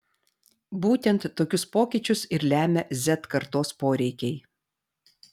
būtent tokius pokyčius ir lemia z kartos poreikiai